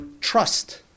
trust